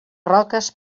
roques